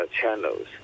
channels